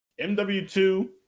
MW2